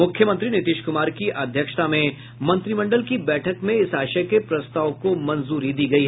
मुख्यमंत्री नीतीश कुमार की अध्यक्षता में मंत्रिमंडल की बैठक में इस आशय के प्रस्ताव को मंजूरी दी गयी